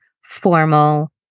formal